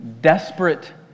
desperate